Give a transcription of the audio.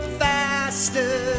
faster